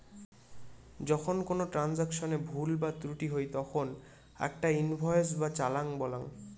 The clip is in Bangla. যখন কোনো ট্রান্সাকশনে ভুল বা ত্রুটি হই তখন আকটা ইনভয়েস বা চালান বলাঙ্গ